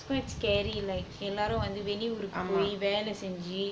quite scary like எல்லாரும் வந்து வெளி ஊருக்கு போய் வேல செஞ்சு:ellarum vanthu veli oorukku poi vela senju